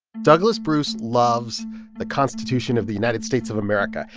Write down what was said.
douglas bruce loves the constitution of the united states of america.